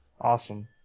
Awesome